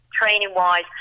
Training-wise